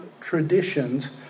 traditions